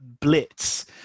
blitz